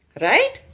right